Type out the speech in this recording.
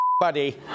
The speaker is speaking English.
buddy